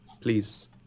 please